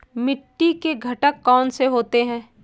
मिट्टी के घटक कौन से होते हैं?